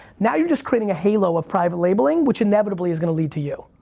now you're just creating a halo of private labeling, which inevitably is gonna lead to you.